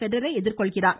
பெடரரை எதிர்கொள்கிறார்